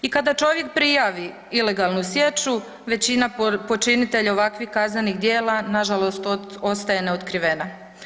I kada čovjek prijavi ilegalnu sječu većina počinitelja ovakvih kaznenih djela nažalost ostaje neotkrivena.